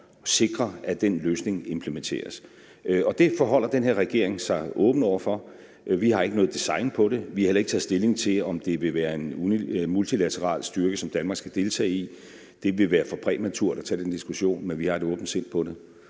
at sikre, at den løsning implementeres. Det forholder den her regering sig åben over for. Vi har ikke noget design på det. Vi har heller ikke taget stilling til, om det ville være en multilateral styrke, som Danmark skal deltage i. Det vil være for præmaturt at tage den diskussion, men vi har et åbent sind over